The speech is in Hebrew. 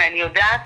אני יודעת